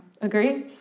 Agree